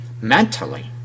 mentally